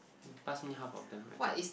pass me half of them right